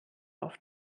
auf